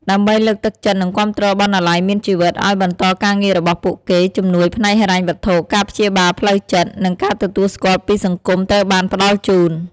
ដើម្បីលើកទឹកចិត្ត និងគាំទ្រ "បណ្ណាល័យមានជីវិត" ឱ្យបន្តការងាររបស់ពួកគេ ជំនួយផ្នែកហិរញ្ញវត្ថុ ការព្យាបាលផ្លូវចិត្ត និងការទទួលស្គាល់ពីសង្គមត្រូវបានផ្តល់ជូន។